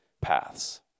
paths